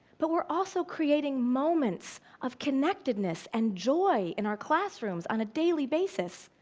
but we're also creating moments of connectedness and joy in our classrooms, on a daily basis.